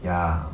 ya